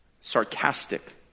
sarcastic